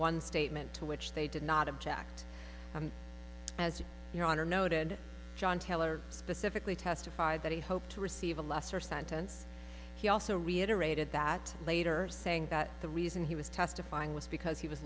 one statement to which they did not object as your honor noted john taylor specifically testified that he hoped to receive a lesser sentence he also reiterated that later saying that the reason he was testifying was because he was